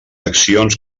accions